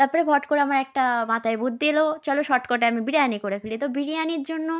তার পরে ফট করে আমার একটা মাথায় বুদ্ধি এল চলো শর্টকাটে আমি বিরিয়ানি করে ফেলি তো বিরিয়ানির জন্য